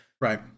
Right